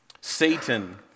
Satan